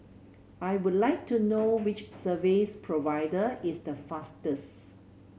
I would like to know which service provider is the fastest